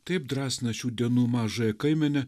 taip drąsina šių dienų mažąją kaimenę